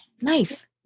nice